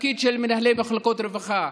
התפקיד של מנהלי מחלקות רווחה,